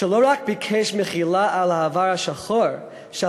שלא רק ביקש מחילה על העבר השחור של